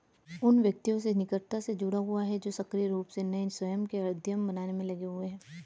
उन व्यक्तियों से निकटता से जुड़ा हुआ है जो सक्रिय रूप से नए स्वयं के उद्यम बनाने में लगे हुए हैं